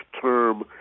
term